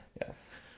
Yes